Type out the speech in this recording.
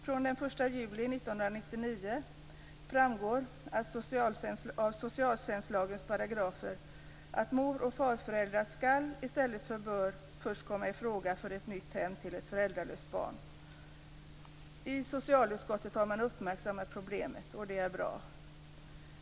Från den 1 juli 1999 - framgår det av socialtjänstlagens paragrafer - skall i stället för bör mor eller farföräldrar först komma i fråga för ett nytt hem till ett föräldralöst barn. Man har uppmärksammat problemet i socialutskottet, och det är bra.